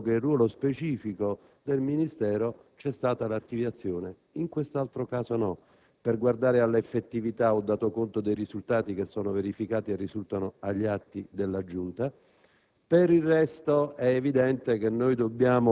sembra essere corrispondente al ruolo specifico del Ministero, c'è stata l'archiviazione e in questo caso no. Per guardare all'effettività, ho dato conto dei risultati che si sono verificati e che risultano agli atti della Giunta.